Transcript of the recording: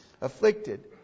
afflicted